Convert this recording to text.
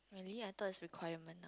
really I thought is requirement